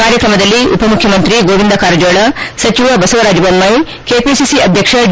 ಕಾರ್ಯಕ್ರಮದಲ್ಲಿ ಉಪಮುಖ್ಯಮಂತ್ರಿ ಗೋವಿಂದ ಕಾರಜೋಳ ಸಚಿವ ಬಸವರಾಜ ಬೊಮ್ನಾಯಿ ಕೆಪಿಸಿ ಅಧ್ಯಕ್ಷ ಡಿ